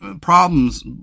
problems